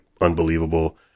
unbelievable